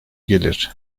gelir